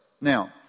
now